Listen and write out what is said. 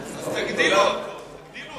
אז תגדילו אותו.